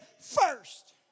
first